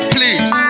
please